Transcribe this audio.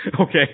okay